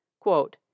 Quote